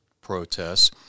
protests